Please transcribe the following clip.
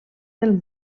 del